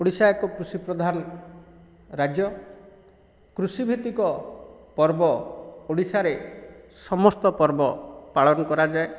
ଓଡ଼ିଶା ଏକ କୃଷି ପ୍ରଧାନ ରାଜ୍ୟ କୃଷି ଭିତ୍ତିକ ପର୍ବ ଓଡ଼ିଶାରେ ସମସ୍ତ ପର୍ବ ପାଳନ କରାଯାଏ